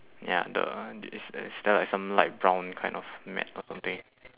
ya the the is there is is there like some light brown kind of mat or something